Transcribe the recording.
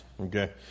Okay